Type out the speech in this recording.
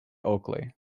oakley